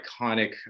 iconic